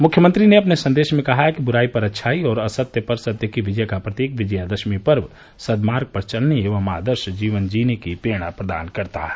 मुख्यमंत्री ने अपने संदेश में कहा कि बुराई पर अच्छाई और असत्य पर सत्य की विजय का प्रतीक विजयदशमी पर्व सद्मार्ग पर चलने एवं आदर्श जीवन जीने की प्रेरणा प्रदान करता है